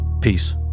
Peace